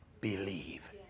believe